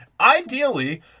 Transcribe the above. Ideally